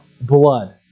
blood